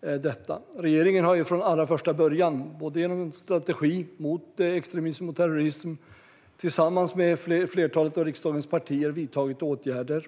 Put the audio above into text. detta. Regeringen har från allra första början, genom en strategi mot extremism och terrorism tillsammans med flertalet av riksdagens partier, vidtagit åtgärder.